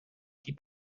die